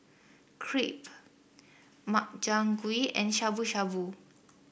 Crepe Makchang Gui and Shabu Shabu